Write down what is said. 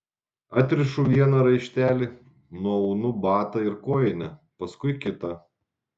atrišu vieną raištelį nuaunu batą ir kojinę paskui kitą